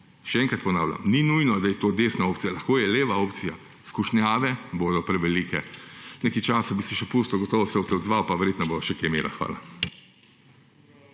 še enkrat ponavljam, ni nujno, da je to desna opcija, lahko je leva opcija, skušnjave bodo prevelike. Nekaj časa bi si še pustil, gotovo se boste odzvali, pa verjetno bova še kaj imela. Hvala.